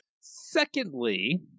secondly